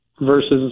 versus